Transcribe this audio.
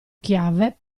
chiave